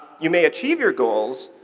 you may achieve your goals,